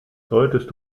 solltest